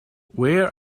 where